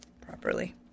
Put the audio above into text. properly